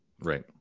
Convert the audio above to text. Right